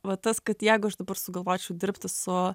va tas kad jeigu aš dabar sugalvočiau dirbti su